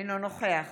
אינו נוכח